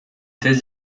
тез